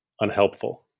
unhelpful